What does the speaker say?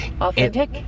Authentic